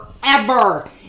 forever